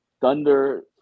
Thunder